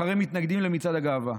אחרי מתנגדים למצעד הגאווה.